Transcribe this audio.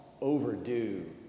overdue